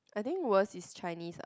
I think worst is Chinese ah